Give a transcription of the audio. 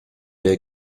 der